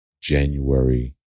January